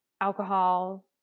alcohol